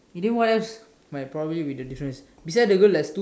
and then what else might probably be the difference beside the girl there's two